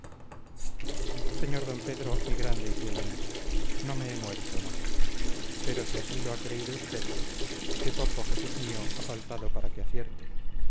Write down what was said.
sr d pedro mi grande y fiel amigo no me he muerto no pero si así lo ha creído usted qué poco jesús mío ha faltado para que acierte